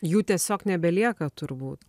jų tiesiog nebelieka turbūt